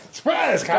Surprise